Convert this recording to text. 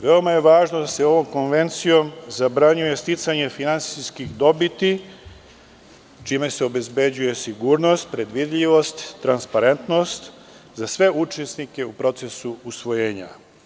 Veoma je važno to što se ovom konvencijom zabranjuje sticanje finansijskih dobiti, čime se obezbeđuje sigurnost, predvidljivost i transparentnost za sve učesnike u procesu usvojenja.